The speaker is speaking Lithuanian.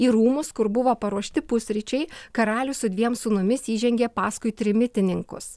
į rūmus kur buvo paruošti pusryčiai karalius su dviem sūnumis įžengė paskui trimitininkus